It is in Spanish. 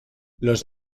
los